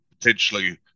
potentially